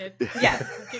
Yes